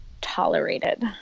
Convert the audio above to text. tolerated